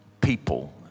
people